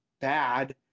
bad